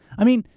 i mean,